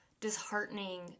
disheartening